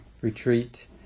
retreat